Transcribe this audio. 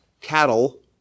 cattle